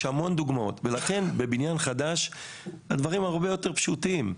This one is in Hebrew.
ולכן בבניין חדש הדברים הרבה יותר פשוטים.